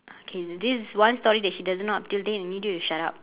okay this is one story that she doesn't know up till day and I need you to shut up